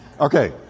Okay